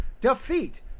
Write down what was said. defeat